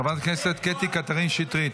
חברת הכנסת קטי קטרין שטרית,